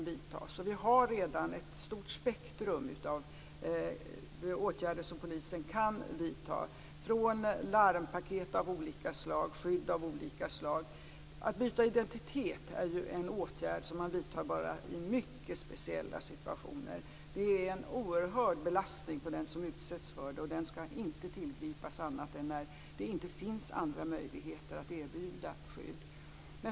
Vi har redan ett stort spektrum av åtgärder som polisen kan vidta, innefattande larmpaket och skydd av andra slag. Att byta identitet är en åtgärd som man vidtar bara i mycket speciella situationer. Den åtgärden är en oerhörd belastning för den som utsätts för den, och den skall inte tillgripas annat än när det inte finns möjlighet att erbjuda andra typer av skydd.